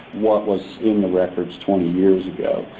what was in the records twenty years ago.